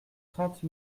trente